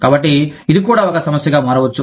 కాబట్టి ఇది కూడా ఒక సమస్యగా మారవచ్చు